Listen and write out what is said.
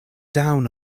down